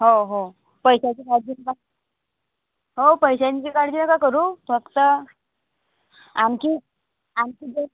हो हो पैशाची काळजी नका हो पैशांची काळजी नका करू फक्त आणखी आणखी जे